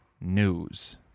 news